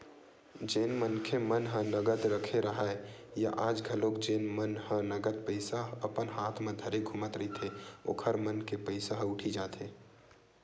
जेन मनखे मन ह नगद रखे राहय या आज घलोक जेन मन ह नगद पइसा अपन हात म धरे घूमत रहिथे ओखर मन के पइसा ह उठी जाथे